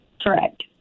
Correct